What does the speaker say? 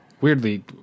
weirdly